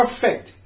perfect